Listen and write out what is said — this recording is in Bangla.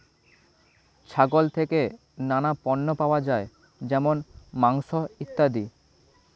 ছাগল থেকে নানা পণ্য পাওয়া যায় যেমন মাংস, ইত্যাদি